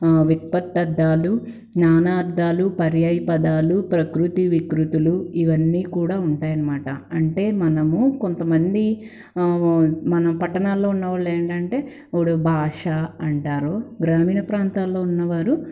విత్పత్తర్థాలు నానార్థాలు పర్యాయ పదాలు ప్రకృతి వికృతులు ఇవన్నీ కూడా ఉంటాయనమాట అంటే మనము కొంతమంది మన పట్టణాల్లో ఉన్నోళ్లేంటంటే భాష అంటారు గ్రామీణప్రాంతాల్లో ఉన్న వారు